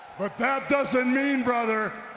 but that doesn't mean brother,